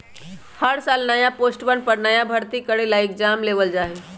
हर साल नया पोस्टवन पर नया भर्ती करे ला एग्जाम लेबल जा हई